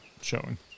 Showing